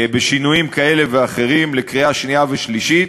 בשינויים כאלה ואחרים, לקריאה שנייה ושלישית.